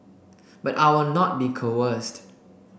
but I will not be coerced